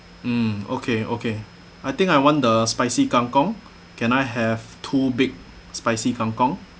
mm okay okay I think I want the spicy kangkong can I have two big spicy kang kong